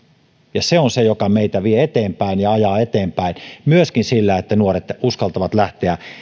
ja se on se joka meitä vie eteenpäin ja ajaa eteenpäin myöskin niin että nuoret uskaltavat lähteä